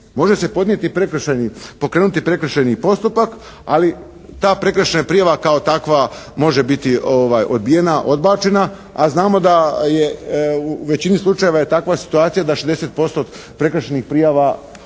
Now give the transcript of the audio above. pokrenuti prekršajni postupak, ali ta prekršajna prijava kao takva može biti odbijena, odbačena, a znamo da je u većini slučajeva je takva situacija da 60% prekršajnih prijava ode u